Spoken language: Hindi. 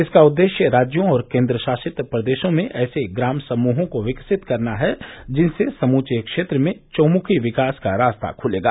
इसका उद्देश्य राज्यों और केन्द्रशासित प्रदेशों में ऐसे ग्राम समूहों को विकसित करना है जिनसे समूचे क्षेत्र में चहुंमुखी विकास का रास्ता खुलेगा